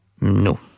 No